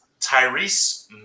Tyrese